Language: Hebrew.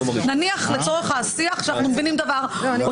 נניח לצורך השיח שאנחנו מבינים דבר או